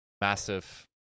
massive